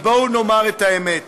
אבל בואו נאמר את האמת,